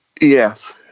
Yes